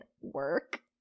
work